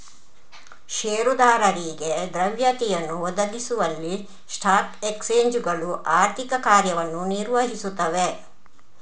ಷೇರುದಾರರಿಗೆ ದ್ರವ್ಯತೆಯನ್ನು ಒದಗಿಸುವಲ್ಲಿ ಸ್ಟಾಕ್ ಎಕ್ಸ್ಚೇಂಜುಗಳು ಆರ್ಥಿಕ ಕಾರ್ಯವನ್ನು ನಿರ್ವಹಿಸುತ್ತವೆ